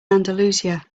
andalusia